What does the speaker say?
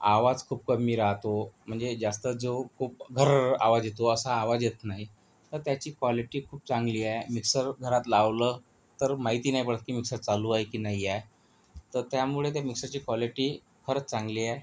आवाज खूप कमी राहतो म्हणजे जास्त जो खूप घर्रर्र आवाज येतो असा आवाज येत नाही तर त्याची क्वालिटी खूप चांगली आहे मिक्सर घरात लावलं तर माहिती नाही पडतं की मिक्सर चालू आहे की नाही आहे तर त्यामुळे त्या मिक्सरची क्वालिटी खरंच चांगली आहे